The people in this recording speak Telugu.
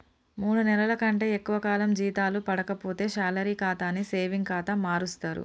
మూడు నెలల కంటే ఎక్కువ కాలం జీతాలు పడక పోతే శాలరీ ఖాతాని సేవింగ్ ఖాతా మారుస్తరు